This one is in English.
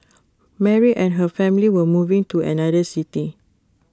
Mary and her family were moving to another city